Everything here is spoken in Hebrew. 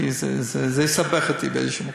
כי זה יסבך אותי באיזשהו מקום.